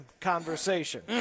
conversation